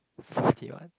fifty one